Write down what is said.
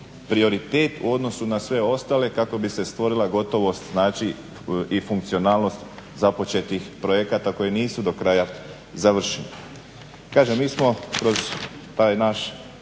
prioritet u odnosu na sve ostale kako bi se stvorila gotovost znači i funkcionalnost započetih projekata koji nisu do kraja završili.